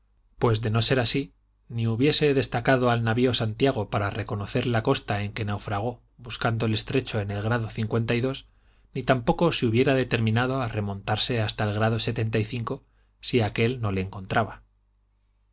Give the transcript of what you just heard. pues de no ser así ni hubiese destacado al navio santiago para reconocer la costa en que naafragó buscando el estrecho en el grado ni tampoco se hubiera determinado a remontarse hasta el grado si aquél no le encontraba xlll